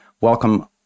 Welcome